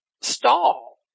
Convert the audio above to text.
stall